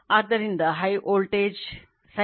ಆದ್ದರಿಂದ ಇದು ಉತ್ತರವಾಗಿದೆ